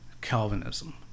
Calvinism